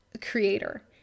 creator